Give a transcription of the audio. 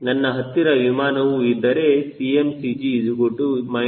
ನನ್ನ ಹತ್ತಿರ ವಿಮಾನವು ಇದ್ದರೆ 𝐶mCG −0